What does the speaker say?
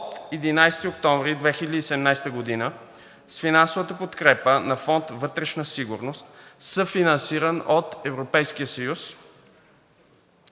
от 11 октомври 2017 г., с финансовата подкрепа на Фонд „Вътрешна сигурност“, съфинансиран от Европейския съюз.